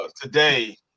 today